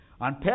On